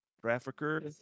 trafficker